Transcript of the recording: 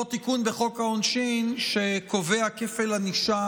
אותו תיקון בחוק העונשין שקובע כפל ענישה